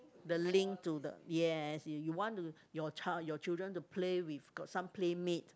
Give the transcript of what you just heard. the link to the yes you want to your child your children to play with got some play mate